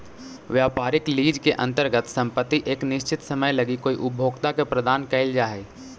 व्यापारिक लीज के अंतर्गत संपत्ति एक निश्चित समय लगी कोई उपभोक्ता के प्रदान कईल जा हई